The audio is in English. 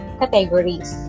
categories